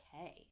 okay